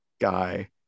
guy